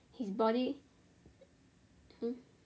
his body hmm